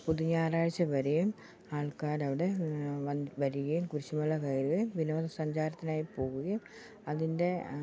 പുതു ഞായറാഴ്ച വരെയും ആൾക്കാരവിടെ വന് വരികയും കുരിശുമല കയറുകയും വിനോദസഞ്ചാരത്തിനായി പോകുകയും അതിൻ്റെ